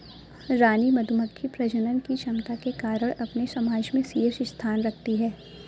रानी मधुमक्खी प्रजनन की क्षमता के कारण अपने समाज में शीर्ष स्थान रखती है